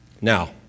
Now